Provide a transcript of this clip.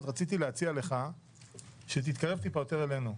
רציתי להציע לך שתתקרב טיפה יותר אלינו,